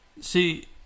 See